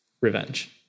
revenge